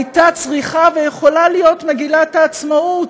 הייתה צריכה ויכולה להיות מגילת העצמאות.